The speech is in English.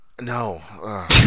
No